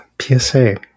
PSA